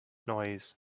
noise